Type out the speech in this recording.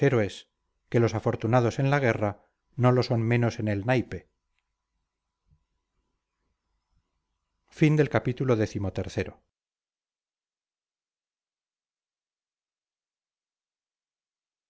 que los afortunados en la guerra no lo son menos en el naipe mi